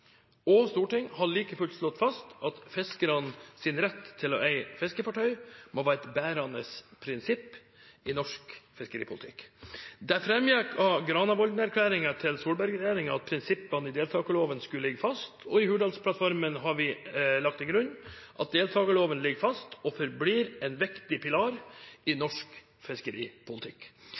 og storting har like fullt slått fast at fiskernes rett til å eie fiskefartøy må være et bærende prinsipp i norsk fiskeripolitikk. Det framgikk av Solberg-regjeringens Granavolden-plattform at prinsippene i deltakerloven skulle ligge fast. I Hurdalsplattformen har vi lagt grunn til at deltakerloven ligger fast og forblir en viktig pilar i norsk fiskeripolitikk.